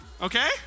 Okay